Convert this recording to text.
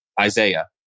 Isaiah